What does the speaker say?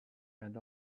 and